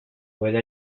puede